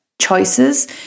choices